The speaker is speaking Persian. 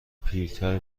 پیرتر